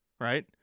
right